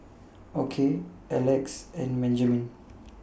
Okey Elex and Benjiman